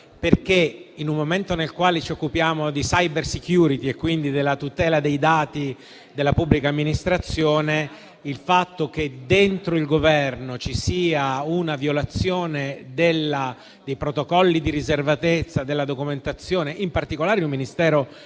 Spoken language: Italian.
perché, in un momento nel quale ci occupiamo di *cybersecurity* e quindi della tutela dei dati della pubblica amministrazione, il fatto che dentro il Governo ci sia una violazione dei protocolli di riservatezza della documentazione, in particolare del Ministero di